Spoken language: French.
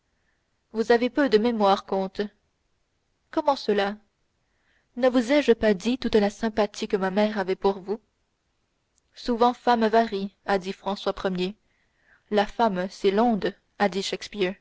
vous avez peu de mémoire comte comment cela ne vous ai-je pas dit toute la sympathie que ma mère avait pour vous souvent femme varie a dit françois ier la femme c'est l'onde a